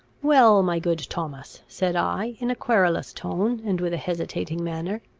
well, my good thomas, said i, in a querulous tone, and with a hesitating manner,